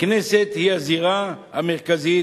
הכנסת היא הזירה המרכזית